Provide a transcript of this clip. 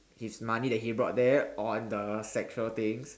his money that he brought there on the sexual things